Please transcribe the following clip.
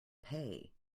pay